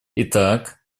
итак